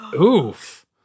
Oof